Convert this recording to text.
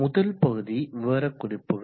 முதல் பகுதி விவரக்குறிப்புகள்